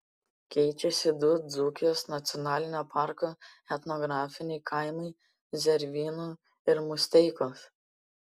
keičiasi du dzūkijos nacionalinio parko etnografiniai kaimai zervynų ir musteikos